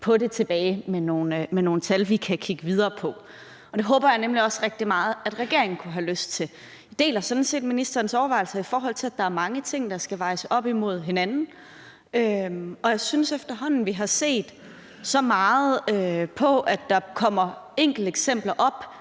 på det med nogle tal, vi kan kigge videre på. Det håber jeg nemlig også rigtig meget regeringen kunne have lyst til. Jeg deler sådan set ministerens overvejelser, i forhold til at der er mange ting, der skal vejes op imod hinanden, og jeg synes efterhånden, vi har set så mange enkelteksempler